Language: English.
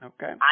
Okay